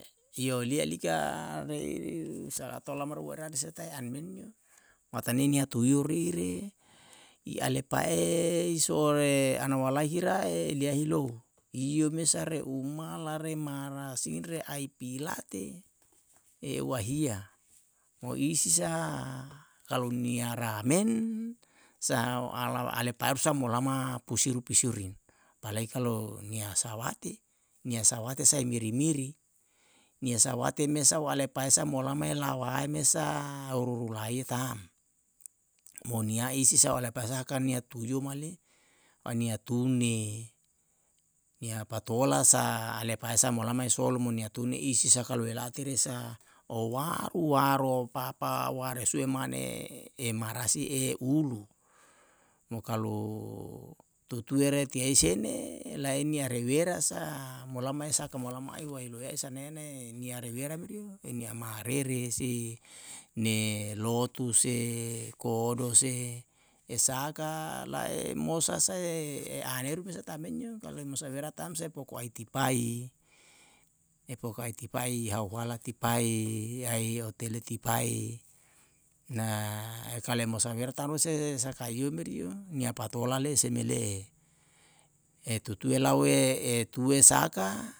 Iyo lialika reisa tou olama rua era risa tae an menio, matane nia tuiyo rei re i alepae so'ore ana walae hira e lia hilou iyo mesa re umala remarasi aipilate wahia. mo isi sa kalu nia ramen sahao alepaeru sa molama pusiru pusiruin, apalai kalu nia sawate, nia sawate sae i miri miri. nia sawate mesao alepae sa molama elawae mesa oruru laie ta'm, monia isi sao alepae sa kan nia tuyio male aunia tune nia patola sa alepae sa molama e solo monyatune i si saka loela tere sa o waru waro papa ware su'e mane e marasi e ulu. mo kalu tutue rei tiai sene lain ya re wera sa molama e saka molama ai wai loea i sa nene nia rewera merio, e nia marere si ne lotu se kodo se e saka la'e mosa sae e aneru mesa tam menio kalu mesa wera tamsa e poku ai tipai. e poku ai tipai hau hala tipai ai otele tipai na kalu mosa wera tam mo se sakaiyo merio, nia patola le'e seme le'e e tutue laue etue saka